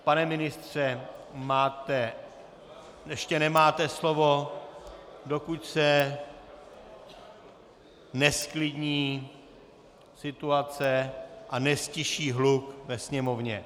Pane ministře máte ještě nemáte slovo, dokud se nezklidní situace a neztiší hluk ve Sněmovně.